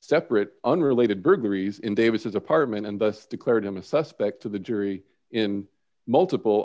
separate unrelated burglaries in davis's apartment and thus declared him a suspect to the jury in multiple